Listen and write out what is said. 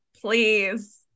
please